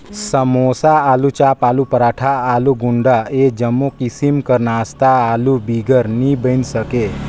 समोसा, आलूचाप, आलू पराठा, आलू गुंडा ए जम्मो किसिम कर नास्ता आलू बिगर नी बइन सके